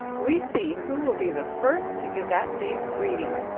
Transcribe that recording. we see who will be the first to give that day's greeting.